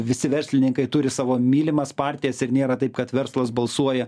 visi verslininkai turi savo mylimas partijas ir nėra taip kad verslas balsuoja